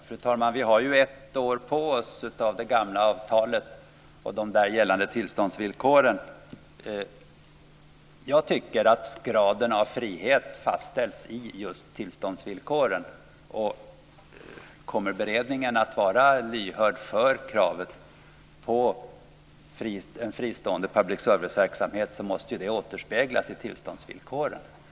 Fru talman! Vi har ju ett år kvar av det gamla avtalet och de där gällande tillståndsvillkoren. Jag tycker att graden av frihet fastställs just i tillståndsvillkoren. Om beredningen kommer att vara lyhörd för kravet på en fristående public service-verksamhet måste ju det återspeglas i tillståndsvillkoren.